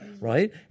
right